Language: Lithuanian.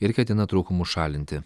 ir ketina trūkumus šalinti